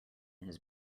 his